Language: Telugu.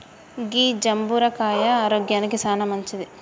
గీ జంబుర కాయ ఆరోగ్యానికి చానా మంచింది